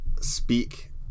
speak